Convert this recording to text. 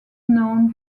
known